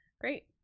Great